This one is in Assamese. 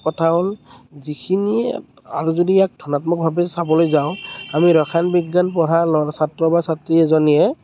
কথা হ'ল যিখিনি আমি যদি ইয়াক ধনাত্মকভাৱে চাবলৈ যাওঁ আমি ৰসায়ন বিজ্ঞান পঢ়া ল'ৰা ছাত্ৰ বা ছাত্ৰী এজনীয়ে